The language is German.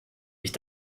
ich